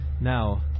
Now